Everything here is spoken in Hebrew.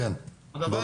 כמה